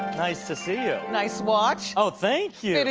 nice to see you. nice watch. oh, thank yeah you!